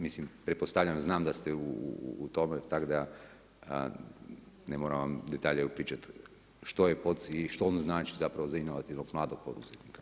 Mislim pretpostavljam znam da ste u tome, tak da ne moram vam detalje pričati što je … i što on znači zapravo za inovativnog, mladog poduzetnika.